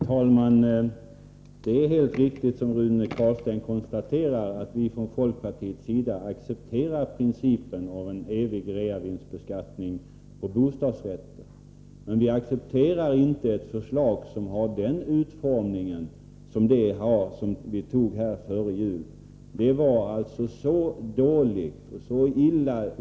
Rune Carlstein konstaterar helt riktigt att vi från folkpartiets sida accepterar principen om en evig reavinstbeskattning av bostadsrätter. Däremot accepterar vi inte ett förslag som har samma utformning som det förslag som riksdagen beslutade om före juluppehållet.